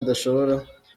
adashobora